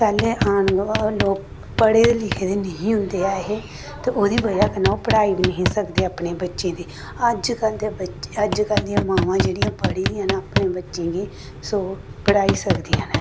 पैह्लें लोक पढ़े लिखे दे निं ही होंदे ऐ हे ते ओह्दी ब'जा कन्नै ओह् पढ़ाई बी निं ही सकदे अपने बच्चें दी अजकल्ल दे बच्चे अजकल्ल दियां मावां जेह्ड़ियां पढ़ी दियां न अपने बच्चें गी सो पढ़ाई सकदियां न